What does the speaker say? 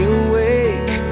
awake